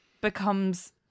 becomes